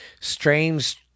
Strange